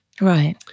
Right